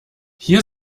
hier